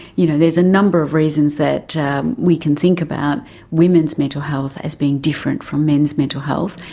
you know there's a number of reasons that we can think about women's mental health as being different from men's mental health,